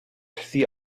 sie